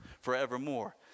forevermore